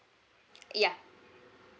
ya